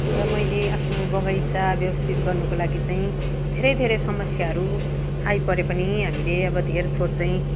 र मैले आफ्नो बगैँचा व्यवस्थित गर्नको लागि चाहिँ धेरै धेरै समस्याहरू आइपरे पनि हामीले अब धेर थोर चाहिँ